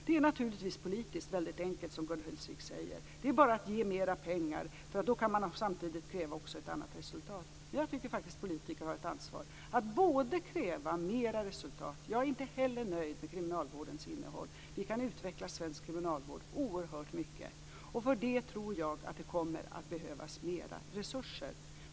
Det är naturligtvis politiskt väldigt enkelt, det som Gun Hellsvik säger, nämligen att det är bara att ge mer pengar, för då kan man samtidigt också kräva ett annat resultat. Men jag tycker faktiskt att politiker har ett ansvar för att kräva mer resultat. Jag är inte heller nöjd med kriminalvårdens innehåll - vi kan utveckla svensk kriminalvård oerhört mycket, och för det tror jag att det kommer att behövas mer resurser.